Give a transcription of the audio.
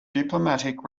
diplomatic